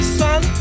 sun